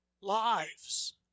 lives